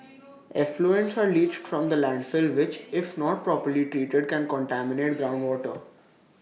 effluents are leached from the landfill which if not properly treated can contaminate groundwater